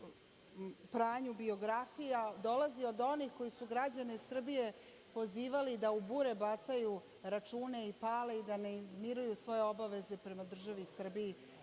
pranju biografija dolazi od onih koji su građane Srbije pozivali da u bure bacaju račune i pale i da ne izmiruju svoje obaveze prema državi Srbiji